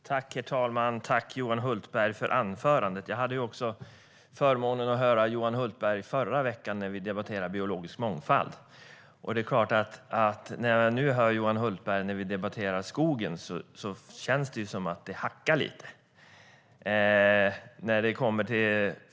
Herr talman! Tack, Johan Hultberg, för anförandet! Jag hade förmånen att också få höra Johan Hultberg förra veckan när vi debatterade biologisk mångfald. När jag nu hör honom debattera skogen känns det som om det hackar lite.